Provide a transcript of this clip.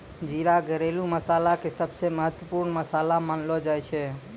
जीरा घरेलू मसाला के सबसॅ महत्वपूर्ण मसाला मानलो जाय छै